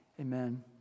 Amen